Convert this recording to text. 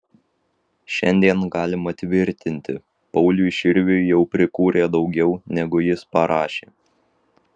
šiandien galima tvirtinti pauliui širviui jau prikūrė daugiau negu jis parašė